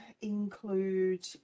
include